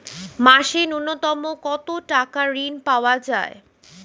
মাসে নূন্যতম কত টাকা ঋণ পাওয়া য়ায়?